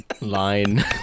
line